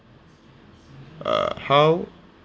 err how